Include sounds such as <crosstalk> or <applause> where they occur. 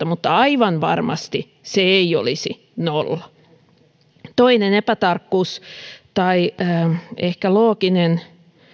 <unintelligible> mutta aivan varmasti se ei olisi nolla toinen epätarkkuus tai ehkä looginen